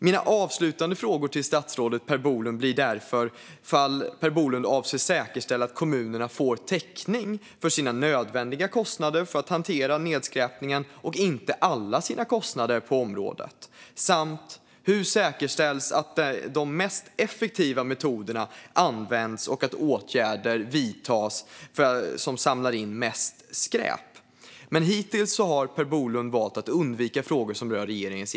Mina avslutande frågor till statsrådet Per Bolund blir därför: Avser Per Bolund att säkerställa att kommunerna bara får täckning för sina nödvändiga kostnader för att hantera nedskräpningen och inte alla sina kostnader på området? Hur säkerställs att de mest effektiva metoderna och åtgärderna för att samla in mest skräp används?